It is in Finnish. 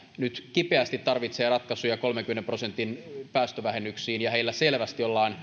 nyt kipeästi tarvitsee ratkaisuja kolmenkymmenen prosentin päästövähennyksiin heillä selvästi ollaan